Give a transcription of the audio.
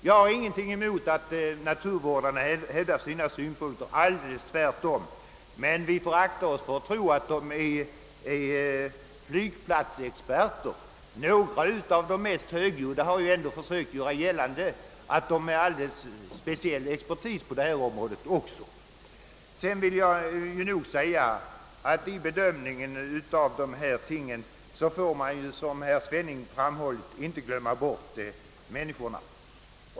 Jag har absolut ingenting emot att naturvårdarna hävdar sina synpunkter, men vi får akta oss för att tro att de är flygplatsexperter. Några av de mest högljudda har ändå försökt göra gällande att de utgör en alldeles speciell expertis på detta område. Vid bedömningen av dessa ting får man, som herr Svenning framhållit, inte glömma bort människorna.